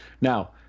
Now